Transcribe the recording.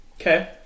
Okay